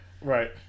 right